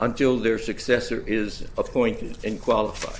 until their successor is appointed and qualified